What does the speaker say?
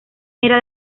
era